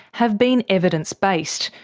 have been evidence based,